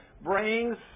brings